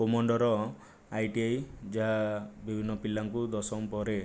କୋମଣ୍ଡର ITI ଯା ବିଭିନ୍ନ ପିଲାଙ୍କୁ ଦଶମ ପରେ